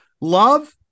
love